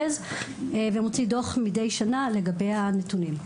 ומוציא דוח מדי שנה לגבי הנתונים.